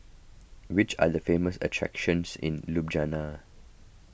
which are the famous attractions in Ljubljana